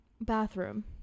bathroom